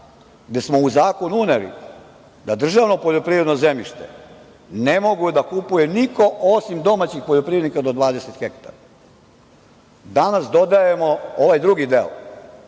gde smo u zakon uneli da državno poljoprivredno zemljište ne može da kupuje niko osim domaćih poljoprivrednika, do 20 hektara. Danas dodajemo ovaj drugi deo